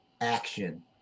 action